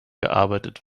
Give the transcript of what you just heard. gearbeitet